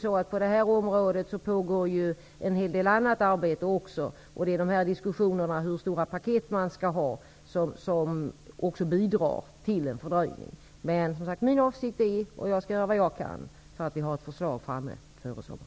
På detta område pågår ju en hel del annat arbete också. Diskussionerna om hur stora paket man skall lägga fram bidrar också till fördröjningen. Jag skall göra vad jag kan för att ett förslag skall läggas fram före sommaren.